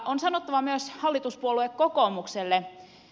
on sanottava myös hallituspuolue kokoomukselle